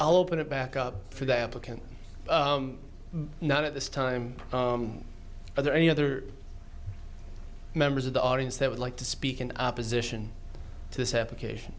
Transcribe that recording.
i'll open it back up for the applicant not at this time are there any other members of the audience that would like to speak in opposition to this happen cation